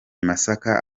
masaka